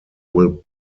will